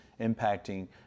impacting